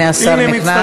הנה, השר נכנס.